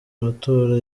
amatora